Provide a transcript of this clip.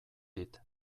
dit